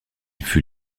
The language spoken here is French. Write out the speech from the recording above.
fut